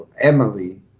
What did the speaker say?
Emily